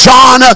John